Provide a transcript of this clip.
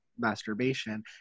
Masturbation